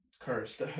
cursed